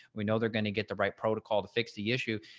we know they're going to get the right protocol to fix the issue.